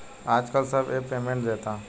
आजकल सब app payment देता